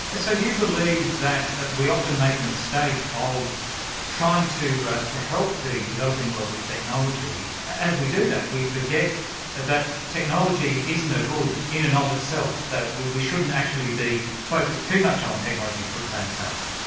so do you believe that we often make the mistake of trying to help the developing world with technology. as we do that, we forget that technology isn't a good in and of itself, that we we shouldn't actually be focused too much on technology for its own sake.